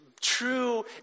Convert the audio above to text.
true